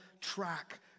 track